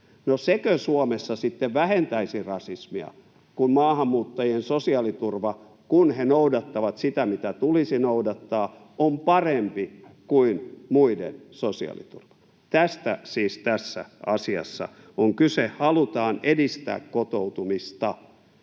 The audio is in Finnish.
sekö Suomessa sitten vähentäisi rasismia, kun maahanmuuttajien sosiaaliturva — kun he noudattavat sitä, mitä tulisi noudattaa — on parempi kuin muiden sosiaaliturva? Tästä siis tässä asiassa on kyse: halutaan edistää kotoutumista.